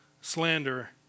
slander